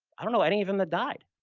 i don't know any of them that died,